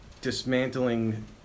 dismantling